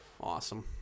Awesome